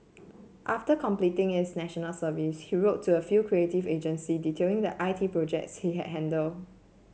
after completing his National Service he wrote to a few creative agencies detailing the I T projects he had handled